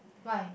why